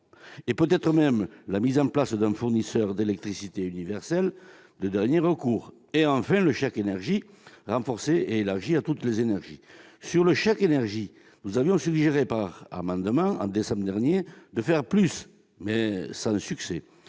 peut-être même la mise en place d'un fournisseur d'électricité universel de dernier recours et, enfin, le chèque énergie, renforcé et élargi à toutes les énergies. En ce qui concerne ce dernier, nous avions suggéré, par amendement, en décembre dernier, de faire plus- hélas, sans succès.